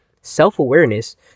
self-awareness